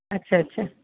अच्छा अच्छा